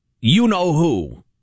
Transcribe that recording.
you-know-who